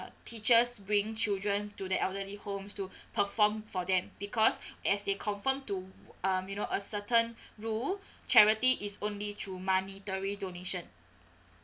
teachers bringing children to the elderly homes to perform for them because as they conform to um you know a certain rule charity is only through monetary donation